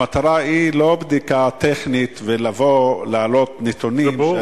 המטרה היא לא בדיקה טכנית ולבוא להעלות נתונים.